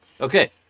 Okay